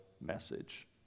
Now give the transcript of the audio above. message